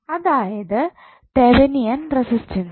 അതായത് തെവനിയൻ റെസിസ്റ്റൻസ്